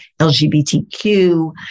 LGBTQ